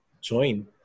join